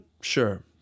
sure